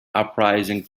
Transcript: uprising